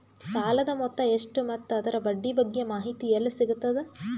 ಸಾಲದ ಮೊತ್ತ ಎಷ್ಟ ಮತ್ತು ಅದರ ಬಡ್ಡಿ ಬಗ್ಗೆ ಮಾಹಿತಿ ಎಲ್ಲ ಸಿಗತದ?